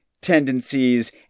tendencies